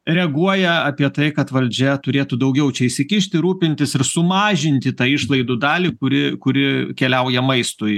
reaguoja apie tai kad valdžia turėtų daugiau čia įsikišti rūpintis ir sumažinti tą išlaidų dalį kuri kuri keliauja maistui